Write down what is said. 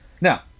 Now